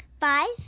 Five